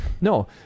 No